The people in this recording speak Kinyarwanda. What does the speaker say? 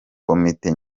komite